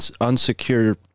unsecured